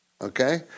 Okay